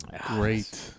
Great